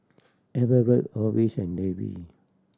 Everet Orvis and Levy